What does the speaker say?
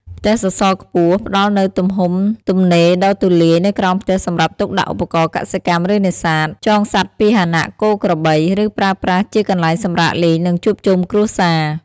ផ្ទះសសរខ្ពស់ផ្តល់នូវទំហំទំនេរដ៏ទូលាយនៅក្រោមផ្ទះសម្រាប់ទុកដាក់ឧបករណ៍កសិកម្ម ឬនេសាទ ចងសត្វពាហនៈ គោ ក្របី ឬប្រើប្រាស់ជាកន្លែងសម្រាកលេង និងជួបជុំគ្រួសារ ។